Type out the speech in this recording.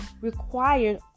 required